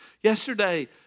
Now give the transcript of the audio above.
Yesterday